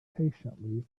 patiently